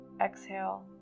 Exhale